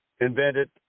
invented